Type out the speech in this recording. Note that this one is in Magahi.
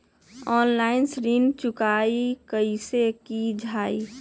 ऑनलाइन ऋण चुकाई कईसे की ञाई?